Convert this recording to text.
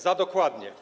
Za dokładnie.